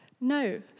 No